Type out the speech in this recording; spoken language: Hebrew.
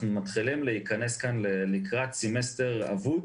אנחנו מתחילים להיכנס כאן לקראת סמסטר אבוד